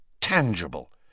tangible